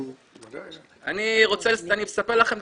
אני מספר לכם,